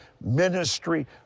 ministry